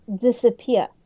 disappear